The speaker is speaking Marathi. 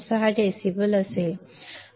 6 डेसिबल असेल